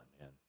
man